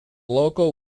local